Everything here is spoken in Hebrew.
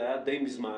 זה היה די מזמן,